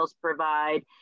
provide